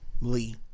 Lee